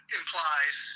implies